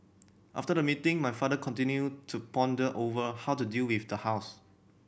after the meeting my father continued to ponder over how to deal with the house